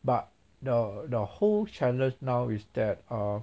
but the the whole challenge now is that err